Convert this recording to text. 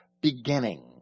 beginning